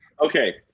Okay